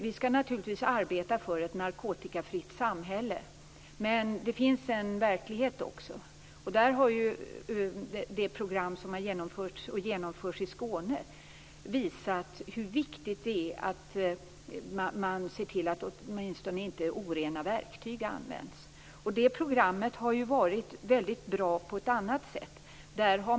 Vi skall naturligtvis arbeta för ett narkotikafritt samhälle, men det finns en verklighet också. Där har det program som har genomförts och genomförs i Skåne visat hur viktigt det är att man åtminstone ser till att orena verktyg inte används. Det programmet har varit väldigt bra på ett annat sätt.